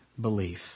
belief